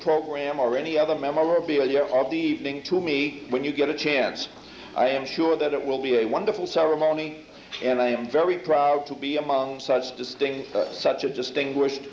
program or any other memorabilia of the evening to me when you get a chance i am sure that it will be a wonderful ceremony and i am very proud to be among such distinct such a distinguished